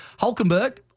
Hulkenberg